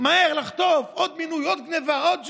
מהר, לחטוף, עוד מינוי, עוד גנבה, עוד ג'וב.